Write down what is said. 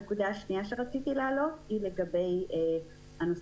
הנקודה השנייה שברצוני להתייחס אליה היא האכיפה: